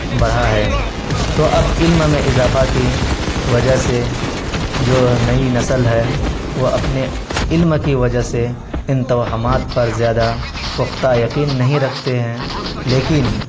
بڑھا ہے تو اب علم میں اضافہ کی وجہ سے جو نئی نسل ہے وہ اپنے علم کی وجہ سے ان توہمات پر زیادہ پختہ یقین نہیں رکھتے ہیں لیکن